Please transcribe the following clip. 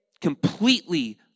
completely